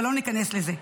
אבל לא ניכנס לזה.